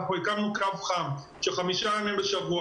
אנחנו הקמנו קו חם של חמישה ימים בשבוע,